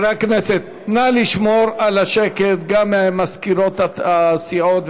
חברי הכנסת, נא לשמור על שקט, גם מזכירות הסיעות.